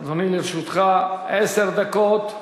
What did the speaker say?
אדוני, לרשותך עשר דקות.